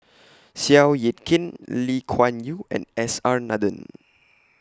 Seow Yit Kin Lee Kuan Yew and S R Nathan